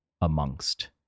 amongst